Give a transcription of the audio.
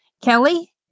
Kelly